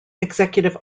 executive